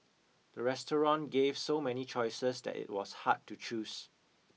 the restaurant gave so many choices that it was hard to choose